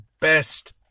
best